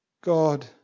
God